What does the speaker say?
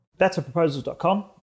Betterproposals.com